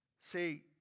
See